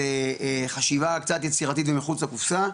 זה חשיבה קצת יצירתית ומחוץ לקופסא,